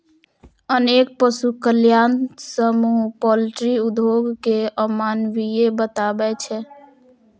अनेक पशु कल्याण समूह पॉल्ट्री उद्योग कें अमानवीय बताबै छै